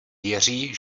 věří